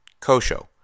Kosho